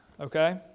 Okay